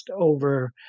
over